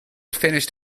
finished